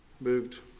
moved